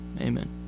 amen